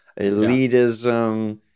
elitism